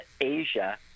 Asia